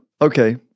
okay